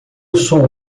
sou